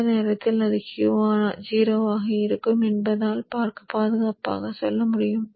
இந்த நேரத்தில் அது 0 ஆக இருக்கும் என்று என்னால் பாதுகாப்பாக சொல்ல முடியும்